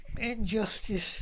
injustice